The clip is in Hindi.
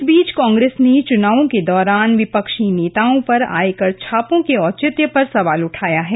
इस बीच कोंग्रेस ने चुनावों के दौरान विपक्षी नेताओं पर आयकर छापों के औचित्य पर सवाल उठाया है